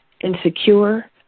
insecure